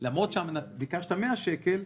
למרות שביקשת 100 שקל,